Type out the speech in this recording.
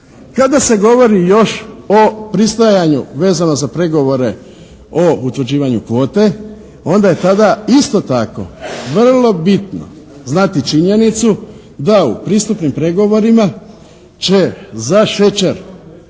Kada se govori još o pristajanju vezano za pregovore o utvrđivanju kvote onda je tada isto tako vrlo bitno znati činjenicu da u pristupnim pregovorima će za šećer